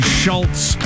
Schultz